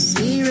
See